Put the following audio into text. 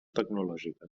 tecnològiques